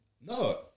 No